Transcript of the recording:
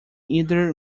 either